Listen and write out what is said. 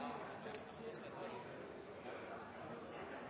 at vi skal få